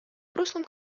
прошлом